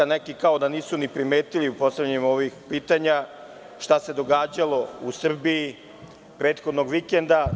Neki kao da nisu ni primetili u postavljanju pitanja šta se događalo u Srbiji prethodnog vikenda.